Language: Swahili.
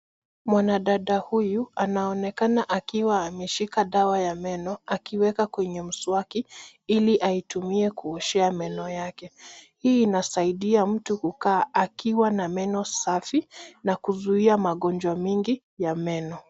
Mwanadada huyu anaonekana akiwa ameshika dawa ya meno akiweka kwenye mswaki ili aitumie kuoshea meno yake. Hii inasaidia mtu kukaa akiwa na meno safi na kuzuia magonjwa mingi ya meno.